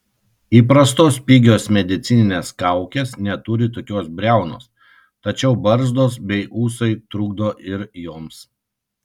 įprastos pigios medicininės kaukės neturi tokios briaunos tačiau barzdos bei ūsai trukdo ir joms